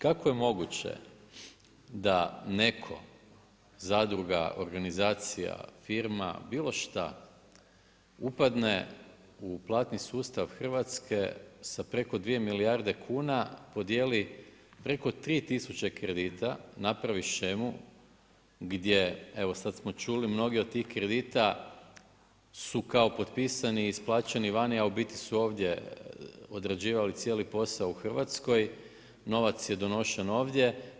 Kako je moguće da netko zadruga, organizacija, firma, bilo šta, upadne u platni sustav Hrvatske sa preko 2 milijarde kuna, podjeli preko 3 tisuće kredita, napravi shemu, gdje, evo sad smo ćuli, mnogi od tih kredita, su kao potpisani, isplaćeni vani, a u biti su ovdje odrađivali cijeli posao u Hrvatskoj, novac je donošen ovdje.